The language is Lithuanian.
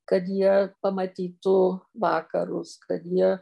kad jie pamatytų vakarus kad jie